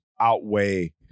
outweigh